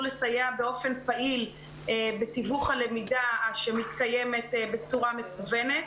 לסייע באופן פעיל בתיווך הלמידה שמתקיימת בצורה מקוונת.